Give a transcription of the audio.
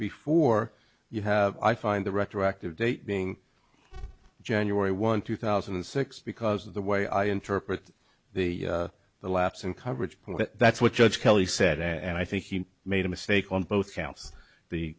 before you have i find the retroactive date being january one two thousand and six because of the way i interpret the the lapse in coverage that is what judge kelly said and i think he made a mistake on both counts the